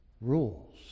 rules